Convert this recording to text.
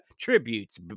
tributes